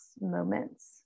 moments